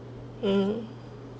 um